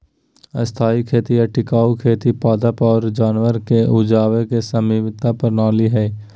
स्थायी खेती या टिकाऊ खेती पादप आरो जानवर के उपजावे के समन्वित प्रणाली हय